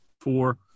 four